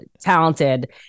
talented